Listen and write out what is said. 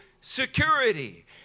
security